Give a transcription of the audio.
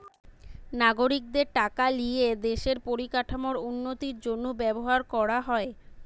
নাগরিকদের ট্যাক্সের টাকা লিয়ে দেশের পরিকাঠামোর উন্নতির জন্য ব্যবহার করা হয়